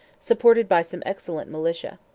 supported by some excellent militia.